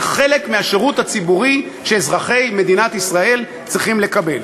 זה חלק מהשירות הציבורי שאזרחי מדינת ישראל צריכים לקבל.